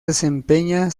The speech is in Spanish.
desempeña